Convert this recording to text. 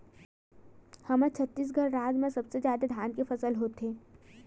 हमर छत्तीसगढ़ राज म सबले जादा धान के फसल होथे